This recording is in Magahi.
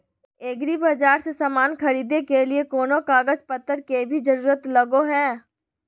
एग्रीबाजार से समान खरीदे के लिए कोनो कागज पतर के भी जरूरत लगो है?